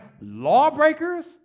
lawbreakers